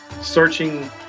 searching